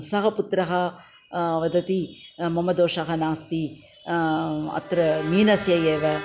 सः पुत्रः वदति मम दोषः नास्ति अत्र मीनस्य एव